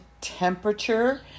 temperature